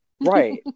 right